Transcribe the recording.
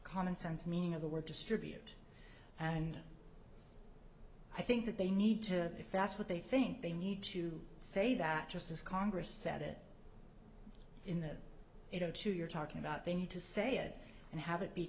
common sense meaning of the word distribute and i think that they need to if that's what they think they need to say that just as congress set it in that you know to you're talking about they need to say it and have it be